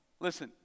listen